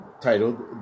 titled